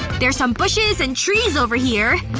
there's some bushes and trees over here,